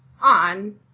on